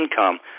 income